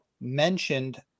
mentioned